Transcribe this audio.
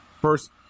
First